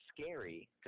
scary